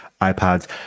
ipads